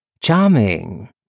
Charming